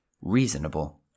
reasonable